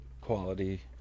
quality